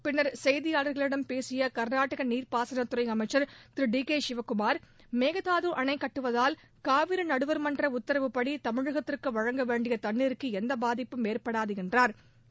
பின்னர் செய்தியாளர்களிடம் பேசிய கர்நாடக நீர்பாசனத் துறை அமைச்சர் திரு டி கே ஷிவ்குமார் மேகதாது அணை கட்டுவதால் காவிரி நடுவர்மன்ற உத்தரவுபடி தமிழகத்திற்கு வழங்க வேண்டிய தண்ணீருக்கு எந்த பாதிப்பும் ஏற்படாது என்றாா்